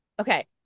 okay